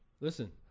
Listen